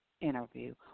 interview